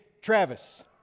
Travis